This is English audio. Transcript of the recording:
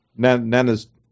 Nana's